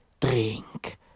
Drink